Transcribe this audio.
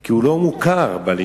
כי הוא לא מוכר בלשכה,